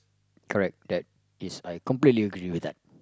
correct that is I completely agree with that